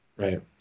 Right